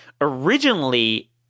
Originally